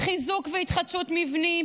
חיזוק והתחדשות מבנים,